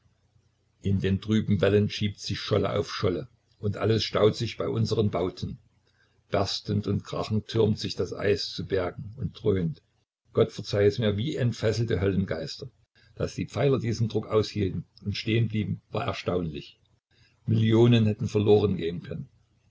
in den trüben wellen schiebt sich scholle auf scholle und alles staut sich bei unseren bauten berstend und krachend türmt sich das eis zu bergen und dröhnt gott verzeih es mir wie entfesselte höllengeister daß die pfeiler diesen druck aushielten und stehen blieben war erstaunlich millionen hätten verloren gehen können